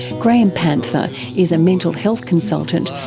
graham panther is a mental health consultant,